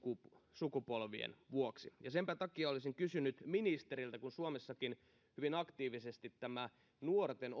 sukupolvien vuoksi ja senpä takia olisin kysynyt ministeriltä suomessakin hyvin aktiivisesti tämä nuorten